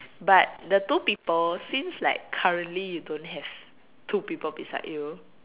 but the two people since like currently you don't have two people beside you